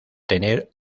tener